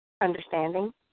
understanding